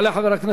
רבותי,